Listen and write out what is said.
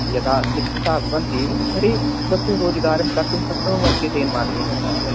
यदा शिक्षिताः भवन्ति तर्हि स्वस्य रोजिगारं कर्तुं शक्नुवन्ति तेन माध्यमेन